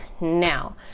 Now